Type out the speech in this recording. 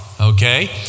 Okay